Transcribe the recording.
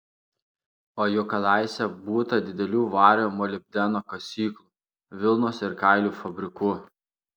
o juk kadaise būta didelių vario molibdeno kasyklų vilnos ir kailių fabrikų